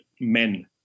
men